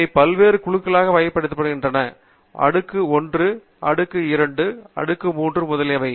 அவை பல்வேறு குழுக்களாக வகைப்படுத்தப்படுகின்றன அடுக்கு 1 அடுக்கு 2 அடுக்கு 3 முதலியவை